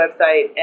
website